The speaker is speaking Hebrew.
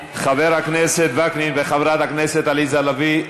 אדוני --- חבר הכנסת וקנין וחברת הכנסת לביא,